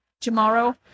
tomorrow